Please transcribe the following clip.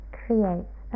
creates